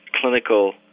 clinical